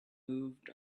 moved